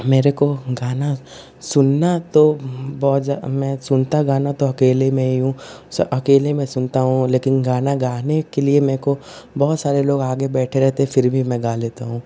मुझको गाना सुनना तो बहुत ज़्यादा मैं सुनता गाना तो अकेले में ही हूँ अकेले में सुनता हूँ लेकिन गाना गाने के लिए मुझको बहुत सारे लोग आगे बैठे रहते हैं फिर भी मैं गा लेता हूँ